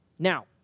Now